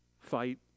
fight